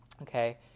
okay